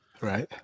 Right